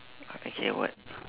ah okay what